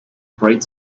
bright